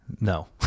No